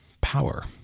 power